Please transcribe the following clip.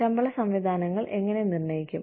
ശമ്പള സംവിധാനങ്ങൾ എങ്ങനെ നിർണ്ണയിക്കും